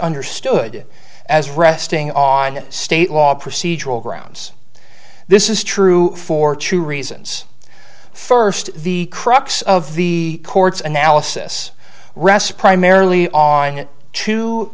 understood as resting on state law procedural grounds this is true for two reasons first the crux of the court's analysis ressa primarily on t